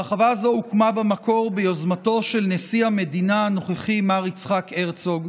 הרחבה הזו הוקמה במקור ביוזמתו של נשיא המדינה הנוכחי מר יצחק הרצוג,